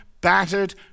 battered